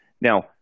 Now